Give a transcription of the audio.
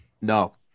No